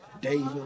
David